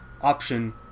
option